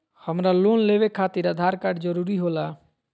हमरा लोन लेवे खातिर आधार कार्ड जरूरी होला?